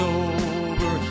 over